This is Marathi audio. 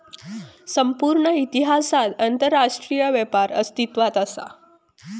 संपूर्ण इतिहासात आंतरराष्ट्रीय व्यापार अस्तित्वात असा